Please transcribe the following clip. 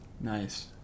Nice